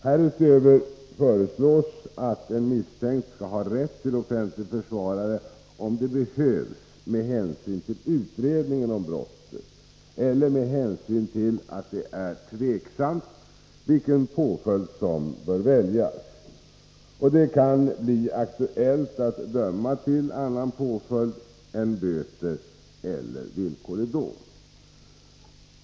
Härutöver föreslås att en misstänkt skall ha rätt till offentlig försvarare, om det behövs med hänsyn till utredningen om brottet eller med hänsyn till att det är tveksamt vilken påföljd som bör väljas och det kan bli aktuellt att döma till annan påföljd än böter eller villkorlig dom.